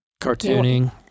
cartooning